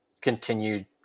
continued